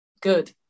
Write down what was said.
Good